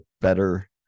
better